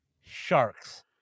Sharks